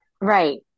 Right